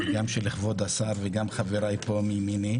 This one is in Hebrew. גם של כבוד השר, וגם של חבריי פה מימיני,